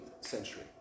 century